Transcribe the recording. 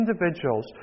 individuals